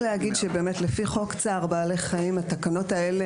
רק להגיד שלפי חוק צער בעלי חיים התקנות האלה,